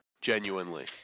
genuinely